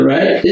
Right